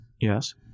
Yes